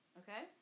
okay